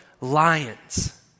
lions